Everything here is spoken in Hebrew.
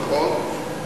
נכון?